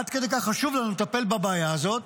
עד כדי כך חשוב לנו לטפל בבעיה הזאת,